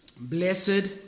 Blessed